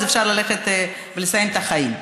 אז אפשר ללכת ולסיים את החיים.